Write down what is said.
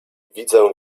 widzę